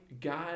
God